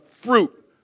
fruit